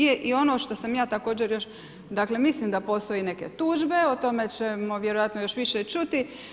Je i ono što sam ja također još, dakle mislim da postoje neke tužbe, o tome ćemo vjerojatno još više čuti.